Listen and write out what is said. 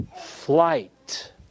flight